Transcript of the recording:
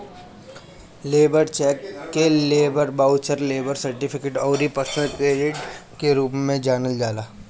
labour cheque के labour voucher, labour certificate अउरी personal credit के रूप में जानल जाला